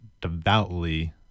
devoutly